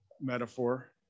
metaphor